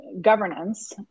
governance